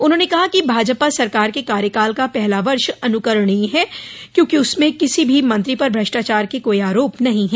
उन्होंने कहा कि भाजपा सरकार के कार्यकाल का पहला वर्ष अनुकरणीय है क्योंकि उसके किसी भी मंत्री पर भ्रष्टाचार के कोई आरोप नहीं हैं